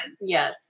Yes